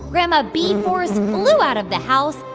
grandma bee-force flew out of the house,